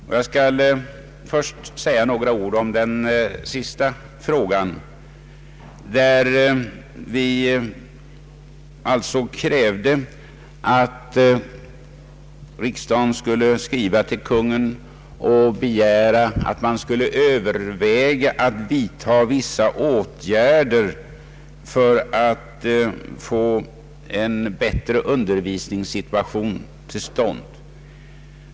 Jag skall först och främst säga några ord om den senare frågan, som alltså gäller kravet att riksdagen skulle skriva till Kungl. Maj:t och begära att man skulle överväga vissa åtgärder för att få en bättre undervisningssituation = till stånd.